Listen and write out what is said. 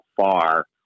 far